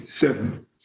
seven